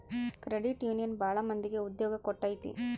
credit union ಭಾಳ ಮಂದಿಗೆ ಉದ್ಯೋಗ ಕೊಟ್ಟೈತಿ